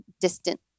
distant